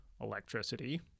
electricity